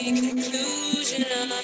conclusion